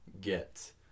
get